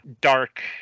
dark